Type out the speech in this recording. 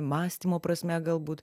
mąstymo prasme galbūt